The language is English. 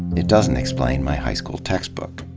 it doesn't explain my high school textbook.